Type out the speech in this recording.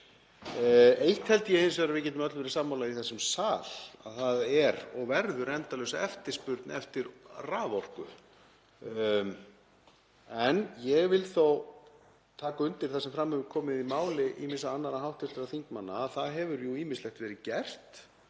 Eitt held ég hins vegar að við getum öll verið sammála um í þessum sal: Það er og verður endalaus eftirspurn eftir raforku. En ég vil þó taka undir það sem fram hefur komið í máli ýmissa annarra hv. þingmanna um að það hafi jú ýmislegt verið gert.